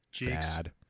bad